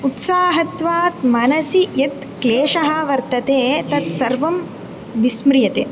उत्साहत्वात् मनसि यत् क्लेशः वर्तते तत्सर्वं विस्म्रियते